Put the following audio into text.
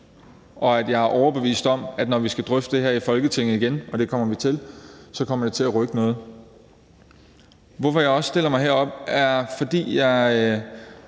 for jeg er overbevist om, at når vi skal drøfte de her i Folketinget igen, og det kommer vi til, kommer det til at rykke noget. Når jeg også stiller mig herop, er det, fordi jeg